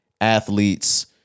athletes